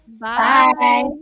Bye